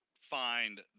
find